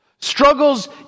Struggles